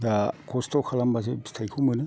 दा खस्थ' खालामबासो फिथाइखौ मोनो